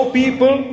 people